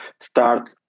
start